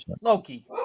Loki